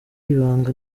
ibanga